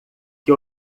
que